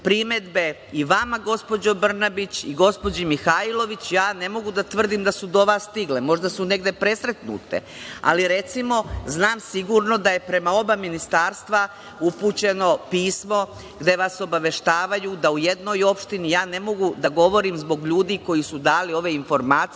i vama, gospođo Brnabić, i gospođi Mihajlović. Ne mogu da tvrdim da su do vas stigle, možda su negde presretnute. Ali, recimo, znam sigurno da je prema oba ministarstva upućeno pismo gde vas obaveštavaju da u jednoj opštini, ja ne mogu da govorim zbog ljudi koji su dali ove informacije,